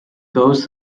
goes